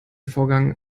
vorgang